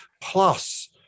plus